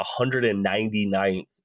199th